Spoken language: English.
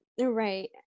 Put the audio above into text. right